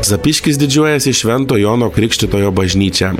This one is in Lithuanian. zapyškis didžiuojasi švento jono krikštytojo bažnyčia